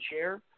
chair